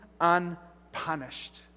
unpunished